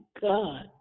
God